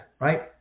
right